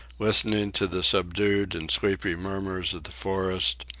listening to the subdued and sleepy murmurs of the forest,